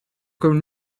comme